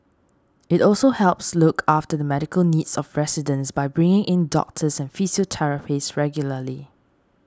it also helps look after the medical needs of residents by bringing in doctors and physiotherapists regularly